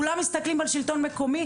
כולם מסתכלים על השלטון המקומי,